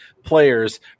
players